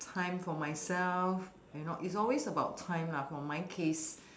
time for myself you know it's always about time lah for my case